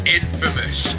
infamous